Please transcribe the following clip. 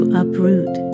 uproot